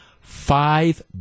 Five